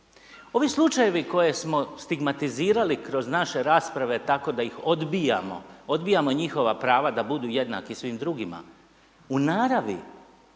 Ovi slučajevi koje smo stigmatizirali kroz naše rasprave tako da ih odbijamo, odbijamo njihova prava da budu jednaki svim drugima u naravi